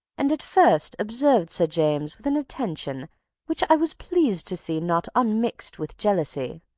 and at first observed sir james with an attention which i was pleased to see not unmixed with jealousy